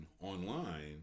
online